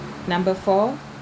number four